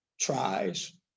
tries